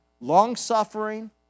long-suffering